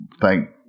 thank